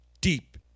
deep